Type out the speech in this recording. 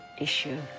issue